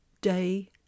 day